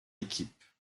équipe